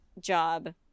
job